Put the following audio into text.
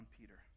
Peter